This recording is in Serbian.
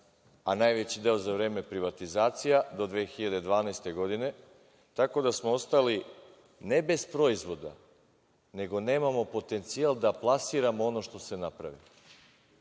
a najveći deo za vreme privatizacija do 2012. godine, tako da smo ostali ne bez proizvoda, nego nemamo potencijal da plasiramo ono što se napravi.